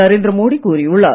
நரேந்திர மோடி கூறியுள்ளார்